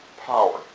power